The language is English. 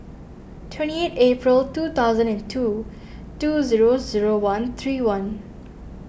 twenty eight April two thousand and two two zero zero one three one